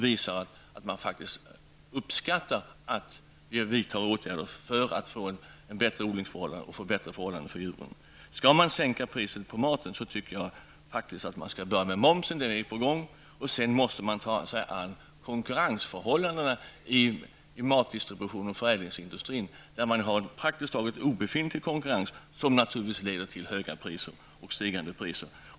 Vi bör visa uppskattning genom att vidta åtgärder för att få bättre odlingsförhållanden och bättre förhållanden för djuren. Skall man sänka priset på maten tycker jag faktiskt att man skall börja med momsen. Det är på gång. Sedan måste man ta sig an konkurrensförhållandena vad gäller matdistributionen och förädlingsindustrin, där konkurrensen är praktiskt taget obefintlig, vilket naturligtvis leder till höga och stigande priser.